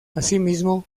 asimismo